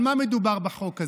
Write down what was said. הרי על מה מדובר בחוק הזה?